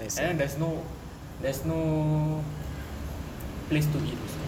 and then there's no there's no place to eat also